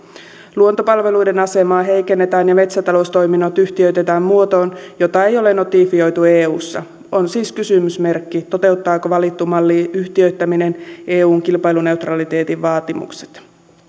luontopalveluiden asemaa heikennetään ja metsätaloustoiminnot yhtiöitetään muotoon jota ei ole notifioitu eussa on siis kysymysmerkki toteuttaako valittu malli yhtiöittäminen eun kilpailuneutraliteetin vaatimukset